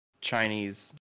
chinese